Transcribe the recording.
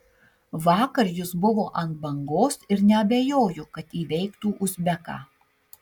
vakar jis buvo ant bangos ir neabejoju kad įveiktų uzbeką